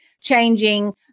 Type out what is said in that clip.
changing